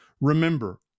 Remember